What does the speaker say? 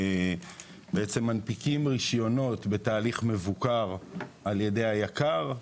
שמנפיקים רישיונות בתהליך מבוקר על ידי היק"ר.